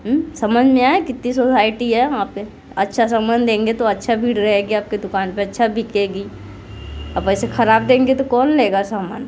समझ में नहीं आया कित्ती सोसाइटी है वहाँ पे अच्छा सामान देंगे तो अच्छा भीड़ रहेगी आपके दुकान पे अच्छा बिकेगी आप ऐसे खराब देंगे तो कौन लेगा सामान